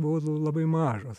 buvau labai mažas